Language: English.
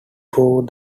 prove